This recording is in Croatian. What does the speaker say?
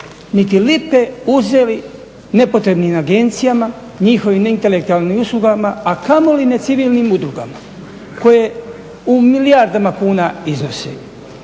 niti lipe uzeli nepotrebnim agencijama, njihovim intelektualnim uslugama, a kamoli necivilnim udrugama koje u milijardama kunama iznose.